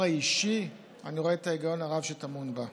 האישי אני רואה את ההיגיון הרב שטמון בה.